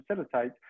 facilitate